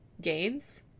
games